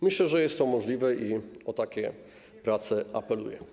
Myślę, że jest to możliwe, i o takie prace apeluję.